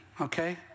okay